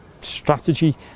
strategy